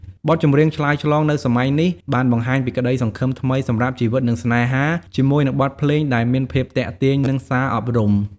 បទចម្រៀងឆ្លើយឆ្លងនៅសម័យនេះបានបង្ហាញពីក្តីសង្ឃឹមថ្មីសម្រាប់ជីវិតនិងស្នេហា ជាមួយនឹងបទភ្លេងដែលមានភាពទាក់ទាញនិងសារអប់រំ។